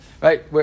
right